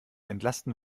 entlasten